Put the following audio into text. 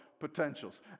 potentials